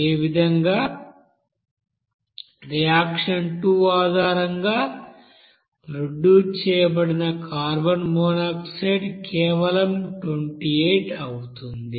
అదేవిధంగా రియాక్షన్ 2 ఆధారంగా ప్రొడ్యూస్ చేయబడిన కార్బన్ మోనాక్సైడ్ కేవలం 28 అవుతుంది